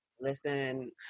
Listen